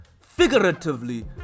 figuratively